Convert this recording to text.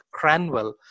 Cranwell